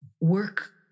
work